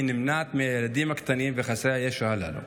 נמנעת מהילדים הקטנים וחסרי הישע הללו.